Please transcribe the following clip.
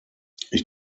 ich